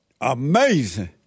Amazing